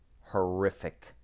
horrific